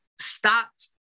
stopped